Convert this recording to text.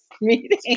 meeting